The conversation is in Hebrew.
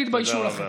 תתביישו לכם.